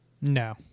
No